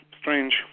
strange